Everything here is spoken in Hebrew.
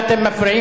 לא אירופה,